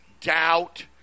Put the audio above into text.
doubt